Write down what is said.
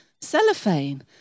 cellophane